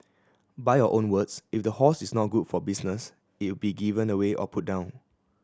by your own words if the horse is not good for business it be given away or put down